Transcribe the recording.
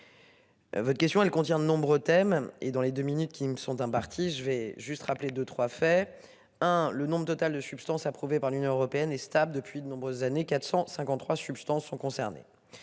Votre question elle contient de nombreux thèmes et dans les 2 minutes qui me sont imparties. Je vais juste rappeler de 3 fait hein. Le nombre total de substances approuvée par l'Union européenne est stable depuis de nombreuses années 453 substances sont concernés.